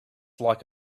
like